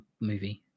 movie